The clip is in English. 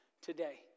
today